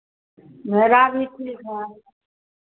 मेरा भी ठीक है